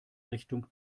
richtung